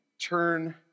turn